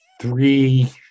three